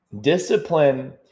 discipline